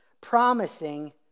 promising